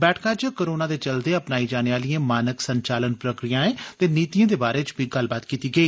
बैठका च कोरोना दे चलदे अपनाई जाने आलिए मानक संचालन प्रक्रियाएं ते नीतएं दे बारे च बी गल्लबात कीती गेई